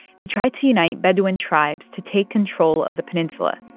they tried to unite bedouin tribes to take control of the peninsula.